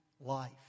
life